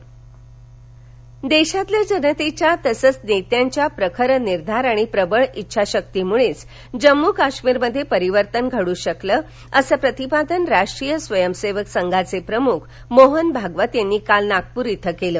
भागवत स्वातंत्र्य दिन देशातील जनतेच्या तसंच नेत्यांच्या प्रखर निर्धार आणि प्रबळ इच्छाशक्तीमूळेच जम्मू काश्मीर मध्ये परिवर्तन घडू शकलं असं प्रतिपादन राष्ट्रीय स्वयंसेवक संघाचे प्रमूख मोहन भागवत यांनी काल नागपूर इथं केलं